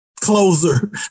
closer